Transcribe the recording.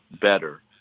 better